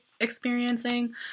experiencing